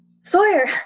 Sawyer